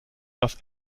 das